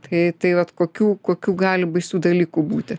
tai tai vat kokių kokių gali baisių dalykų būti